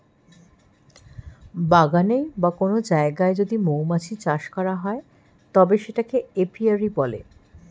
বাগানে বা কোন জায়গায় যদি মৌমাছি চাষ করা হয় তবে সেটাকে এপিয়ারী বলে